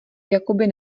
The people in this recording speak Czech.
jakoby